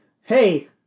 Hey